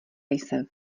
jsem